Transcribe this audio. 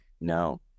No